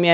kohdentamisessa